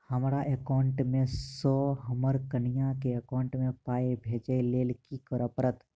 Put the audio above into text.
हमरा एकाउंट मे सऽ हम्मर कनिया केँ एकाउंट मै पाई भेजइ लेल की करऽ पड़त?